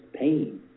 pain